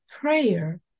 prayer